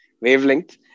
wavelength